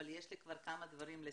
אבל יש לי כבר כמה דברים לסיכום.